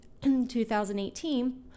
2018